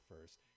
first